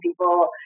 people